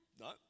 No